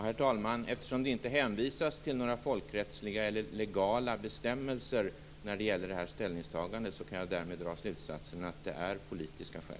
Herr talman! Eftersom det inte hänvisas till några folkrättsliga eller legala bestämmelser när det gäller detta ställningstagande kan jag därmed dra slutsatsen att det är politiska skäl.